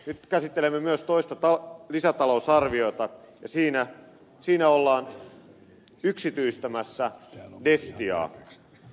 nyt käsittelemme myös toista lisätalousarviota ja siinä ollaan yksityistämässä destiaa